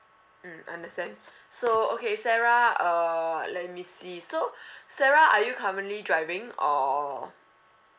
mm understand so okay sarah uh let me see so sarah are you currently driving or